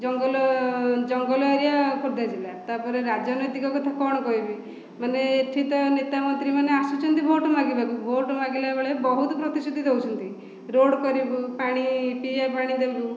ଜଙ୍ଗଲ ଜଙ୍ଗଲ ଏରିଆ ଖୋର୍ଦ୍ଧା ଜିଲ୍ଲା ତାପରେ ରାଜନୈତିକ କଥା କଣ କହିବି ମାନେ ଏଠି ତ ନେତା ମନ୍ତ୍ରୀ ମାନେ ଆସୁଛନ୍ତି ଭୋଟ ମାଗିବାକୁ ଭୋଟ ମାଗିଲା ବେଳେ ବହୁତ ପ୍ରତିଶୃତି ଦେଉଛନ୍ତି ରୋଡ଼ କରିବୁ ପାଣି ପିଇବା ପାଣି ଦେବୁ